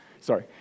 Sorry